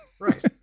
right